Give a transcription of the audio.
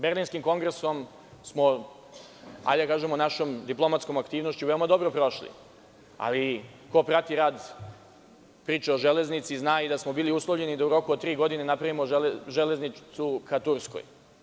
Berlinskim kongresom smo, hajde da kažemo našom diplomatskom aktivnošću, veoma dobro prošli, ali ko prati priču o železnici zna da smo bili uslovljeni da u roku od tri godine napravimo železnicu ka Turskoj.